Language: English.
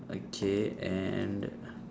okay and